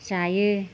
जायो